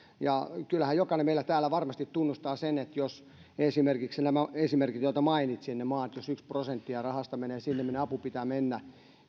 arvioidaan kyllähän jokainen meillä täällä varmasti tunnustaa sen että jos esimerkiksi näissä maissa joita mainitsin yksi prosentti rahasta menee sinne minne avun pitää mennä